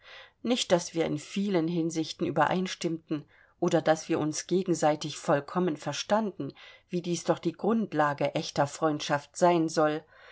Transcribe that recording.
nicht daß wir in vielen hinsichten übereinstimmten oder daß wir uns gegenseitig vollkommen verstanden wie dies doch die grundlage echter freundschaft sein soll